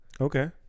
Okay